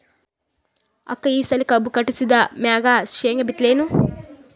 ಅಕ್ಕ ಈ ಸಲಿ ಕಬ್ಬು ಕಟಾಸಿದ್ ಮ್ಯಾಗ, ಶೇಂಗಾ ಬಿತ್ತಲೇನು?